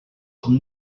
com